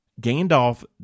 Gandalf